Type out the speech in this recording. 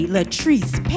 Latrice